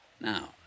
Now